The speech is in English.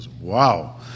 Wow